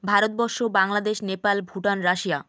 Bharatvarsha Bangladesh Nepal Bhutan Russia